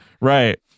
Right